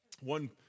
one